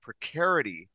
precarity